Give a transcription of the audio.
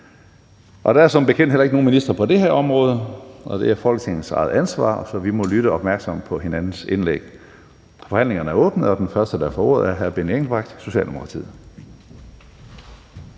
Der er som bekendt heller ikke nogen minister på det her område, det er Folketingets eget ansvar, så vi må lytte opmærksomt til hinandens indlæg. Forhandlingen er åbnet, og den første, der får ordet, er hr. Benny Engelbrecht, Socialdemokratiet.